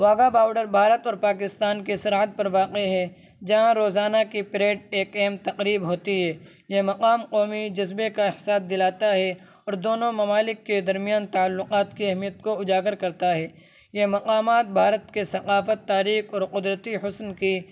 Wagah border Bharat اور پاکستان کے سرحد پر واقع ہے جہاں روزانہ کی پریڈ ایک اہم تقریب ہوتی ہے یہ مقام قومی جذبے کا احساس دلاتا ہے اور دونوں ممالک کے درمیان تعلقات کی اہمیت کو اجاگر کرتا ہے یہ مقامات بھارت کے ثقافت تاریخی اور قدرتی حسن کی